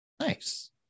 Nice